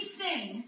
sing